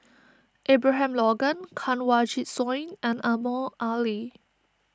Abraham Logan Kanwaljit Soin and Omar Ali